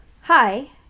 hi